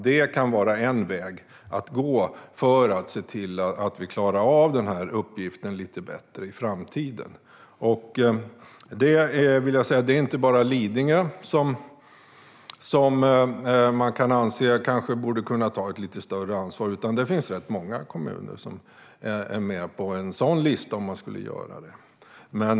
Det kan vara en väg att gå för att se till att vi klarar av denna uppgift lite bättre i framtiden. Det är inte bara Lidingö som man kan anse borde kunna ta ett lite större ansvar, utan det finns rätt många kommuner som är med på en sådan lista, om man skulle göra en sådan.